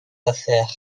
affaires